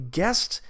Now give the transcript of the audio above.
guest